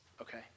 okay